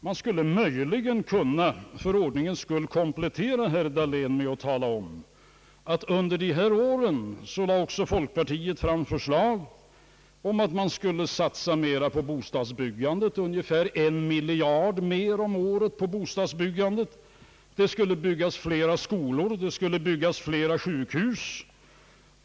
För ordningens skull kan man möjligen komplettera herr Dahléns yttrande med att tala om att folkpartiet under dessa år också lade fram förslag om ait man skulle satsa mera på bostadsbyggandet — ungefär en miljard mer om året — och att det skulle byggas flera skolor och sjukhus.